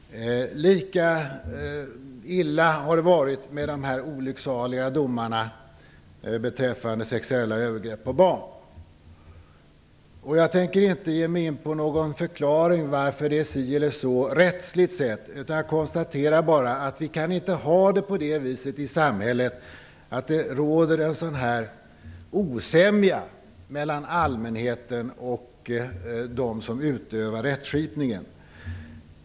Lika illa har det varit med de olycksaliga domarna beträffande sexuella övergrepp mot barn. Jag tänker inte ge mig in på någon förklaring till varför det är si eller så rättsligt sett. Jag konstaterar bara att vi inte kan ha det på det viset i samhället, att det råder en osämja mellan allmänheten och de som utövar rättskipningen.